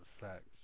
sex